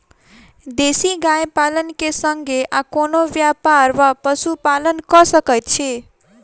देसी गाय पालन केँ संगे आ कोनों व्यापार वा पशुपालन कऽ सकैत छी?